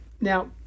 Now